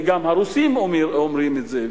גם הרוסים אומרים את זה,